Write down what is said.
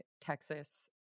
Texas